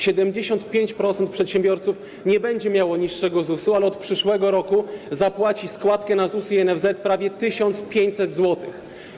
75% przedsiębiorców nie będzie miało niższego ZUS-u, ale od przyszłego roku zapłaci składkę na ZUS i NFZ - prawie 1500 zł.